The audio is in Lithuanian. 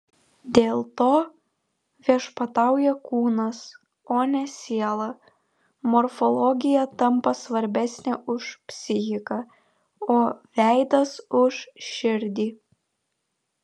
dėl to viešpatauja kūnas o ne siela morfologija tampa svarbesnė už psichiką o veidas už širdį